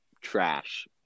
trash